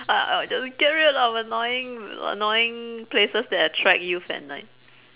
I'll I'll just get rid lot of annoying annoying places that attract youth at night